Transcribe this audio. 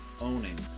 owning